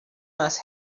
must